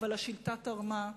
אבל השיטה תרמה,